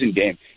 game